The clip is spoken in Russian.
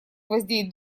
гвоздей